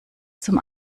zum